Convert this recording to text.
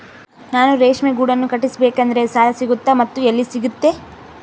ನಾನು ರೇಷ್ಮೆ ಗೂಡನ್ನು ಕಟ್ಟಿಸ್ಬೇಕಂದ್ರೆ ಸಾಲ ಸಿಗುತ್ತಾ ಮತ್ತೆ ಎಲ್ಲಿ ಸಿಗುತ್ತೆ?